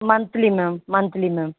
monthly ma'am monthly ma'am